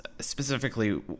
specifically